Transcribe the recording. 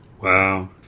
Wow